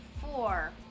Four